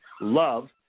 love